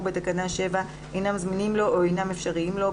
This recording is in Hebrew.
בתקנה 7 אינם זמינים לו או אינם אפשריים לו,